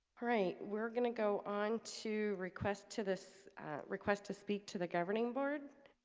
alright we're gonna go on to request to this request to speak to the governing board